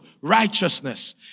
righteousness